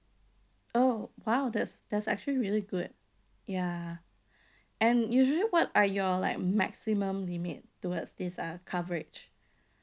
oh !wow! that's that's actually really good ya and usually what are your like maximum limit towards this uh coverage